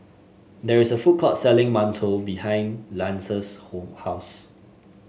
there is a food court selling mantou behind Lance's house